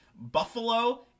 Buffalo